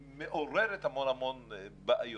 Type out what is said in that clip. היא מעוררת המון בעיות,